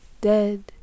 dead